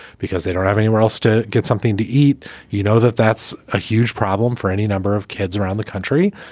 because they don't have anywhere else to get something to eat. you know that that's a huge problem for any number of kids around the country.